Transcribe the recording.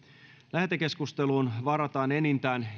lähetekeskusteluun varataan enintään